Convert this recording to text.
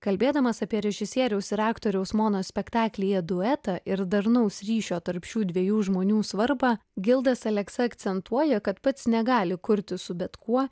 kalbėdamas apie režisieriaus ir aktoriaus monospektaklyje duetą ir darnaus ryšio tarp šių dviejų žmonių svarbą gildas aleksa akcentuoja kad pats negali kurti su bet kuo